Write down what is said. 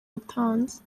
yatanze